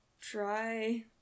Try